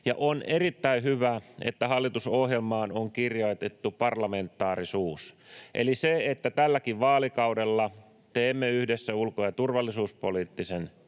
On erittäin hyvä, että hallitusohjelmaan on kirjoitettu parlamentaarisuus eli se, että tälläkin vaalikaudella teemme yhdessä ulko- ja turvallisuuspoliittisen